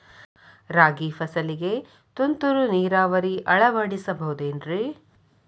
ರಾಗಿ ಫಸಲಿಗೆ ತುಂತುರು ನೇರಾವರಿ ಅಳವಡಿಸಬಹುದೇನ್ರಿ?